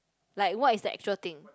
like what is the actual thing